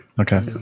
Okay